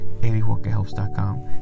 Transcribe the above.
80walkerhelps.com